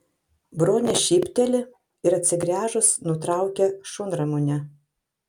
bronė šypteli ir atsigręžus nutraukia šunramunę